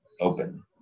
open